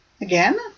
again